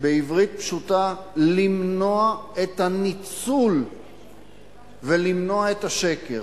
בעברית פשוטה למנוע את הניצול ולמנוע את השקר.